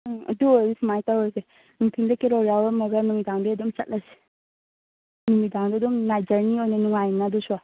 ꯎꯝ ꯑꯗꯨ ꯑꯣꯏꯔꯗꯤ ꯁꯨꯃꯥꯏ ꯇꯧꯔꯁꯦ ꯅꯨꯡꯊꯤꯜꯗ ꯀꯦꯔꯣꯜ ꯌꯥꯎꯔꯝꯂꯒ ꯅꯨꯃꯤꯗꯥꯡꯗꯩ ꯑꯗꯨꯝ ꯆꯠꯂꯁꯦ ꯅꯨꯃꯤꯗꯥꯡꯗ ꯑꯗꯨꯝ ꯅꯥꯏꯠ ꯖꯔꯅꯤ ꯑꯣꯏꯅ ꯅꯨꯡꯉꯥꯏꯅꯤꯅ ꯑꯗꯨꯁꯨ